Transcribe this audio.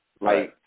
Right